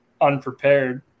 unprepared